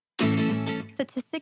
Statistics